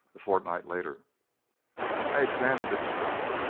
a fortnight later i examined its mouth.